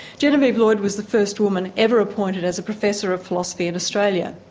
genevieve lloyd was the first woman ever appointed as a professor of philosophy in australia.